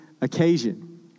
occasion